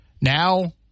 Now